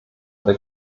der